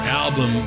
album